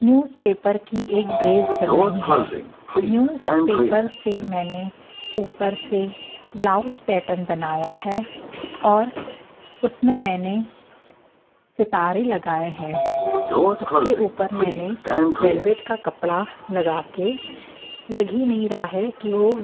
newspaper की एक dress बनाई है न्यूज़पेपर से मैंने ऊपर से ब्लाउज़ पैटर्न बनाया है और उसमें मैंने सितारे लगाए हैं उसके ऊपर मैंने वेलवेट का कपड़ा लगा कर लग ही नहीं रहा है कि वह